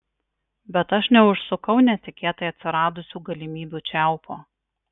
bet aš neužsukau netikėtai atsiradusių galimybių čiaupo